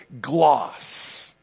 Gloss